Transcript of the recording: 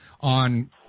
on